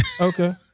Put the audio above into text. Okay